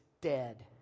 dead